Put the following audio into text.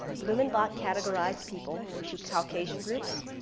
blumenbach categorized people into caucasian groups,